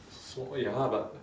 small ya but